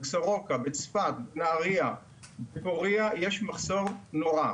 בסורוקה, בצפת, בנהריה ובפוריה יש מחסור נורא.